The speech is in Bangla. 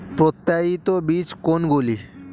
প্রত্যায়িত বীজ কোনগুলি?